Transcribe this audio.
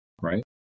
right